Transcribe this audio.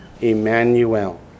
Emmanuel